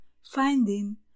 finding